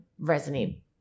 resonate